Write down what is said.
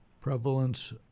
prevalence